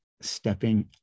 stepping